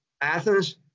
Athens